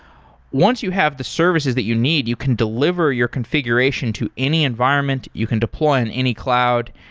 once you have the services that you need, you can delivery your configuration to any environment, you can deploy on any cloud,